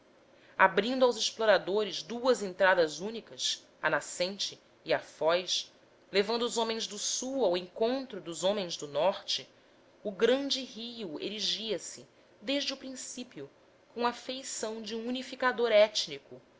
abrindo aos exploradores duas entradas únicas à nascente e à foz levando os homens do sul ao encontro dos homens do norte o grande rio erigia se desde o princípio com a feição de um unificador étnico